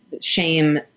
shame